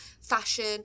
fashion